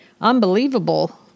unbelievable